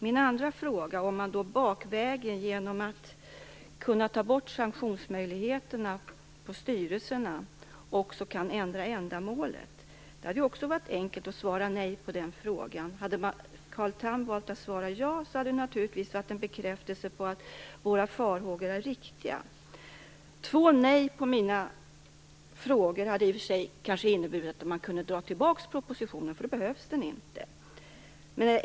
Min andra fråga, om man då bakvägen genom att ta bort sanktionsmöjligheterna på styrelserna också kan ändra ändamålet, hade också varit enkel att svara nej på. Hade Carl Tham valt att svara ja hade det naturligtvis varit en bekräftelse på att våra farhågor är riktiga. Två nej på mina frågor hade kanske inneburit att propositionen hade kunnat dras tillbaka, för då hade den inte behövts.